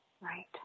Right